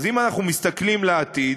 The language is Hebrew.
אז אם אנחנו מסתכלים לעתיד,